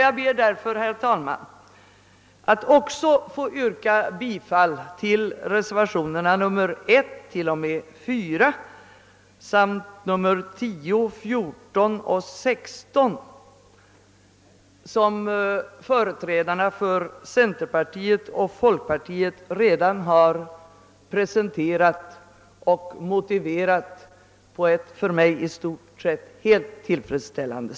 Jag ber därför att få yrka bifall även till reservationerna 1, 2, 3, 4, 10, 14 och 16, som företrädarna för centerpartiet och folkpartiet redan har presenterat och motiverat på ett sätt som jag finner i stort sett tillfredsställande.